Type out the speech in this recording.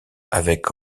avec